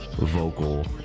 vocal